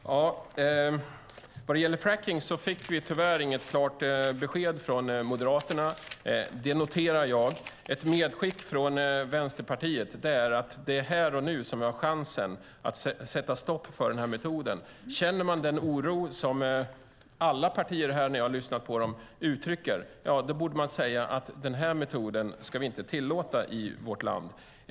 Fru talman! Vad gäller fracking fick vi tyvärr inget klart besked från Moderaterna. Det noterar jag. Ett medskick från Vänsterpartiet är att det är här och nu som vi har chansen att sätta stopp för den här metoden. Känner man den oro som alla partier här uttrycker, när jag lyssnar på dem, borde man säga att vi inte ska tillåta den här metoden i vårt land.